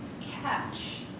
catch